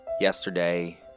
Yesterday